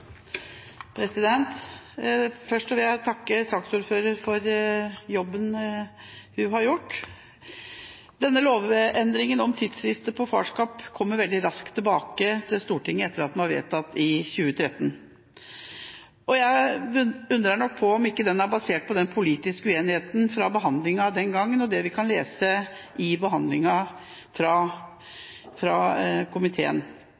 dag. Først vil jeg takke saksordføreren for jobben hun har gjort. Denne lovendringen om tidsfrister i farskapssaker kommer veldig raskt tilbake til Stortinget, etter at den ble vedtatt i 2013. Jeg undrer nok på om ikke det er basert på den politiske uenigheten fra behandlingen den gang og det vi kan lese ut fra behandlingen i komiteen,